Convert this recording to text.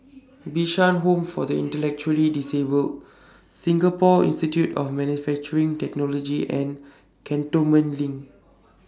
Bishan Home For The Intellectually Disabled Singapore Institute of Manufacturing Technology and Cantonment LINK